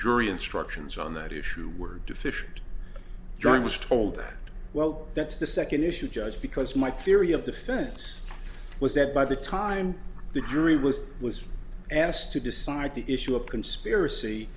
jury instructions on that issue were deficient during was told that well that's the second issue judge because my theory of defense was that by the time the jury was was asked to decide the issue of conspiracy